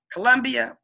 Colombia